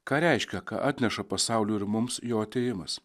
ką reiškia ką atneša pasauliui ir mums jo atėjimas